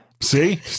See